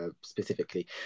specifically